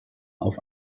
auf